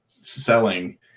selling